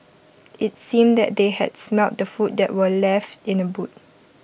IT seemed that they had smelt the food that were left in the boot